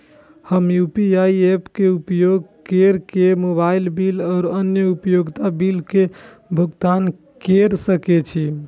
हम UPI apps के उपयोग केर के मोबाइल बिल और अन्य उपयोगिता बिल के भुगतान केर सके छी